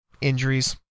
injuries